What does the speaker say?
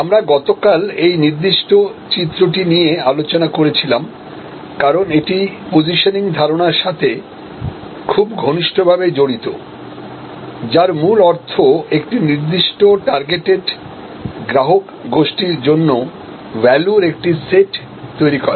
আমরা গতকাল এই নির্দিষ্ট চিত্রটি নিয়ে আলোচনা করছিলাম কারণ এটি পসিশনিংধারণার সাথে খুব ঘনিষ্ঠভাবে জড়িত যার মূল অর্থ একটি নির্দিষ্টটার্গেটেড গ্রাহক গোষ্ঠীর জন্য ভ্যালুর একটি সেট তৈরি করা